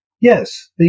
Yes